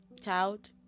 Child